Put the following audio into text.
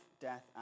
death